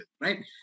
right